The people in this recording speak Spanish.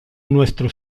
nuestro